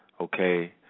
okay